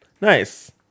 Nice